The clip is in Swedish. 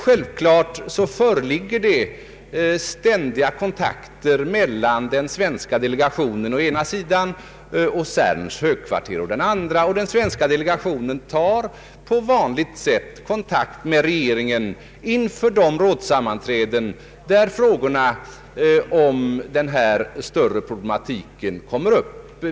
Det föreligger självklart ständiga kontakter mellan den svenska delegationen å ena sidan och CERN:s högkvarter å andra sidan, och den svenska delegationen har på vanligt sätt kontakt med regeringen inför de rådssammanträden där frågorna om denna större problematik kommer upp.